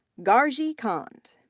gargi kand,